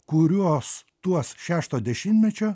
kurios tuos šešto dešimtmečio